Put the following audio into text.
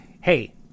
hey